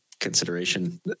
consideration